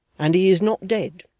and he is not dead